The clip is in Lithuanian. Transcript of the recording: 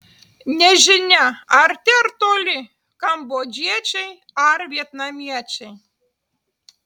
nežinia arti ar toli kambodžiečiai ar vietnamiečiai